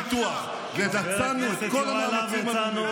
באנו לעיירות הפיתוח, ושמנו את כל המאמצים הללו.